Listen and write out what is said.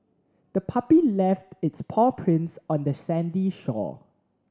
the puppy left its paw prints on the sandy shore